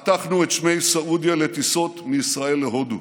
פתחנו את שמי סעודיה לטיסות מישראל להודו,